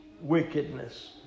wickedness